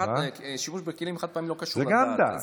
אבל שימוש בכלים חד-פעמיים לא קשור לדת.